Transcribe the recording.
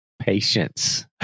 patience